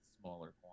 smaller